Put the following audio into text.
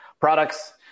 products